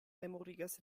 memorigas